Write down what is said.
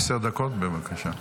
עשר דקות, בבקשה.